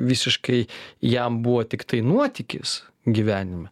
visiškai jam buvo tiktai nuotykis gyvenime